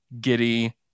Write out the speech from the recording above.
Giddy